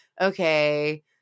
okay